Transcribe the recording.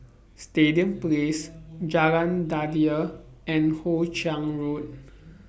Stadium Place Jalan Daliah and Hoe Chiang Road